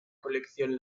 colección